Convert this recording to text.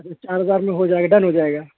چار بار میں ہو جائے گا ڈن ہو جائے گا